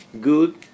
good